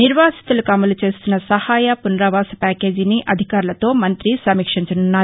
నిర్వాసితులకు అమలు చేస్తున్న సహాయ పునరావాస ప్యాకేజిని అధికారులతో మంగ్రి సమీక్షించనున్నారు